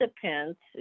participants